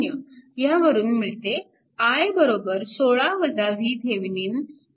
ह्यावरून मिळते i 2